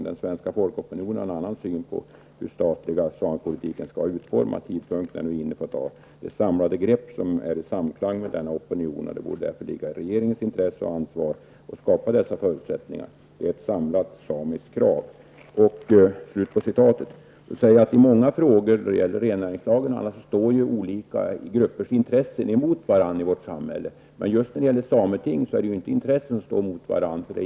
Den svenska folkopinionen har en annan syn på hur den statliga samepolitiken skall vara utformad. Tidpunkten är nu inne för att ta det samlade grepp som är i samklang med denna opinion. Det borde därför ligga i regeringens intresse och ansvar att skapa dessa förutsättningar. Det är ett samlat samiskt krav. I många frågor i vårt samhälle då det gäller t.ex. rennäringslagen står ju olika gruppers intressen mot varandra. Men det gäller inte just detta med ett sameting.